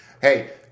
Hey